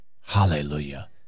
Hallelujah